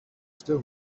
still